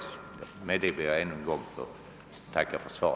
hindra nedläggning av Svenska turistföreningens högfjällsanläggningar